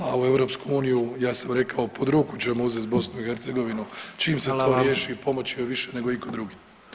A u EU ja sam rekao pod ruku ćemo uzet BiH čim se to [[Upadica predsjednik: Hvala vam.]] riješi i pomoć joj više nego iko drugi.